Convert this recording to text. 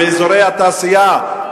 מאזורי התעשייה?